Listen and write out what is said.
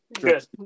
good